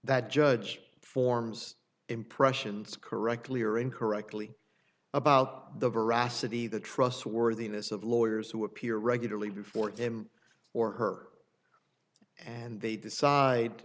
that judge forms impressions correctly or incorrectly about the veracity the trustworthiness of lawyers who appear regularly before him or her and they decide